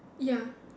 ya